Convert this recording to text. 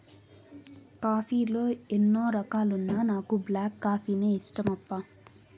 coffee లో ఎన్నో రకాలున్నా నాకు బ్లాక్ కాఫీనే ఇష్టమప్పా